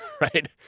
Right